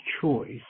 choice